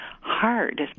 hard